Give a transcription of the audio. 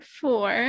four